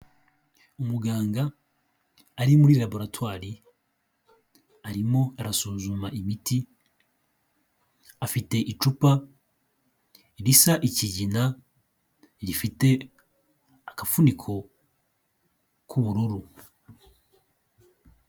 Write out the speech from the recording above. Umuganga ari muri laboratwari, arimo arasuzuma imiti, afite icupa risa ikigina, rifite akafuniko k'ubururu.